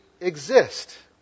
exist